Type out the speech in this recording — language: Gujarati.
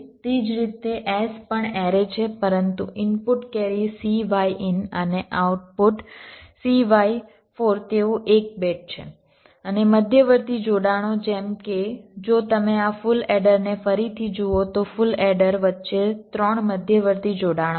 એ જ રીતે s પણ એરે છે પરંતુ ઇનપુટ કેરી cy in અને આઉટપુટ cy4 તેઓ એક બીટ છે અને મધ્યવર્તી જોડાણો જેમ કે જો તમે આ ફુલ એડરને ફરીથી જુઓ તો ફુલ એડર વચ્ચે 3 મધ્યવર્તી જોડાણો હતા